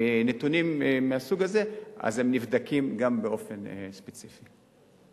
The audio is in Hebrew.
נתונים מהסוג הזה, הם נבדקים גם באופן ספציפי.